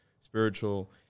spiritual